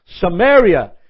Samaria